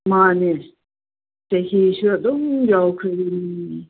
ꯃꯥꯟꯅꯦ ꯆꯍꯤꯁꯨ ꯑꯗꯨꯝ ꯌꯥꯎꯈ꯭ꯔꯕꯅꯤ